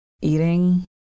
eating